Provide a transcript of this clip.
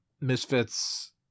Misfits